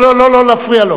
לא, לא, לא להפריע לו.